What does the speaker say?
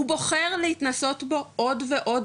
הוא בוחר להתנסות בו עוד ועוד,